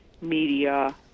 media